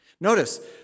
Notice